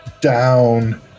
down